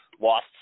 lost